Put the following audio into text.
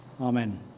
Amen